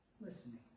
listening